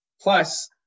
Plus